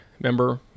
member